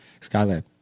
Skylab